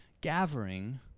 gathering